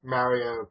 Mario